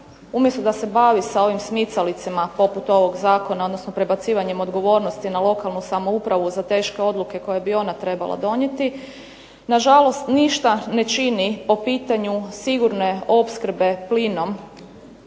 umjesto da se bavi ovim smicalicama poput ovog zakona odnosno prebacivanjem odgovornosti na lokalnu samoupravu za teške odluke koje bi ona trebala donijeti, nažalost ništa ne čini po pitanju sigurne opskrbe plinom